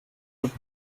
would